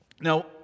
Now